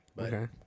Okay